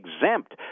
exempt